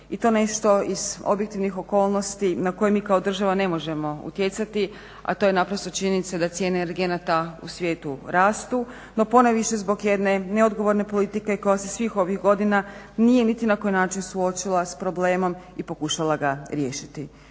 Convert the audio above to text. i to nešto iz objektivnih okolnosti na koje mi kao država ne možemo utjecati a to je naprosto činjenica da cijene energenata u svijetu rastu no ponajviše zbog jedne neodgovorne politike koja se svih ovih godina nije niti na koji način suočila s problemom i pokušala ga riješiti.